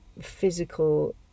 physical